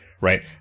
right